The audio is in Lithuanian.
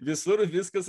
visur viskas